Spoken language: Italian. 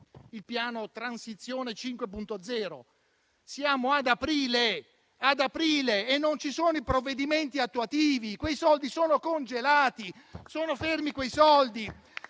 (il piano Transizione 5.0). Siamo ad aprile e non ci sono i provvedimenti attuativi; quei soldi sono congelati, sono fermi; sono